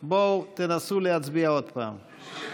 בואו, תנסו להצביע עוד פעם.